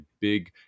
big